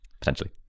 potentially